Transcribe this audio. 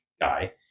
guy